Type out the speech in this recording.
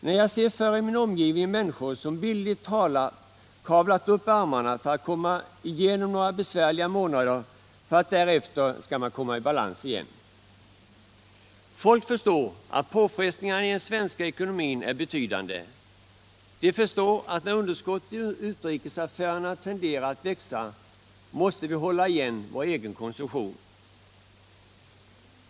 Nej, jag ser snarare i min omgivning människor som bildligt talat kavlat upp ärmarna för att komma igenom några besvärliga månader, så att vi därefter kan komma i balans igen. Människorna förstår att påfrestningarna i den svenska ekonomin är betydande. De förstår att när underskottet i utrikesaffärerna tenderar att växa måste vi hålla igen vår egen konsumtion.